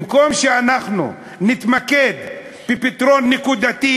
במקום שאנחנו נתמקד בפתרון נקודתי,